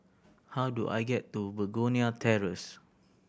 how do I get to Begonia Terrace